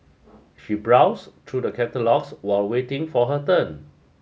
she browsed to the catalogs while waiting for her turn